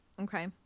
okay